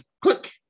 Click